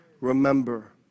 Remember